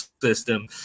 system